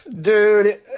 dude